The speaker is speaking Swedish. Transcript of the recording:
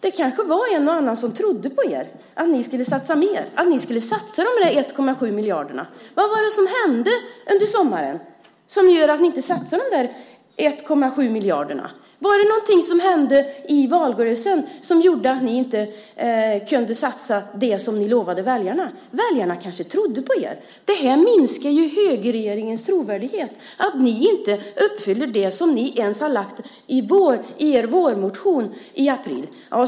Det var kanske en och annan som trodde på er, på att ni skulle satsa mer, att ni skulle satsa de där 1,7 miljarderna. Vad var det som hände under sommaren som gör att ni inte satsar de där 1,7 miljarderna? Var det något som hände i valrörelsen som gjorde att ni inte kunde satsa det som ni lovade väljarna? Väljarna kanske trodde på er. Det här minskar ju högerregeringens trovärdighet, att ni inte ens uppfyller det som ni har lagt fram i er vårmotion i april.